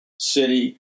city